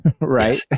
right